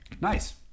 nice